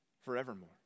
forevermore